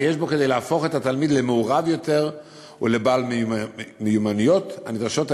ויש בו כדי להפוך את התלמיד למעורב יותר ולבעל המיומנויות הנדרשות,